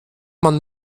man